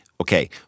Okay